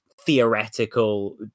theoretical